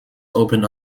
open